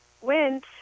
went